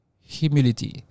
humility